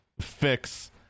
fix